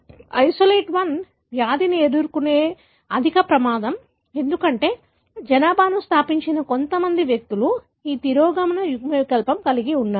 isolate 1 వ్యాధిని ఎదుర్కొనే అధిక ప్రమాదం ఎందుకంటే జనాభాను స్థాపించిన కొంతమంది వ్యక్తులు ఈ తిరోగమన యుగ్మవికల్పం కలిగి ఉన్నారు